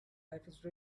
life